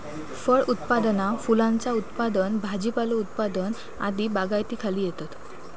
फळ उत्पादना फुलांचा उत्पादन भाजीपालो उत्पादन आदी बागायतीखाली येतत